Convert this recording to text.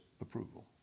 approval